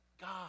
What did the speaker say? God